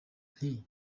nti